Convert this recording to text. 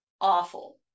awful